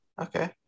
Okay